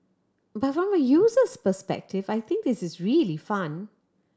but from a user's perspective I think this is really fun